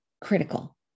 critical